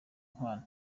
inkwano